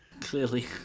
Clearly